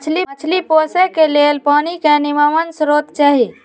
मछरी पोशे के लेल पानी के निम्मन स्रोत चाही